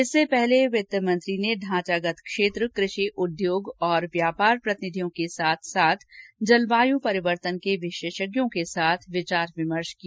इससे पहले वित्तमंत्री ने ढांचागत क्षेत्र क्रषि उद्योग और व्यापार प्रतिनिधियों के साथ साथ जलवायू रिवर्तन के विशेषज्ञों के साथ विचार विमर्श किया